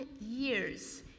years